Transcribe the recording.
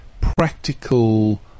practical